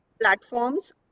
platforms